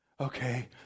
Okay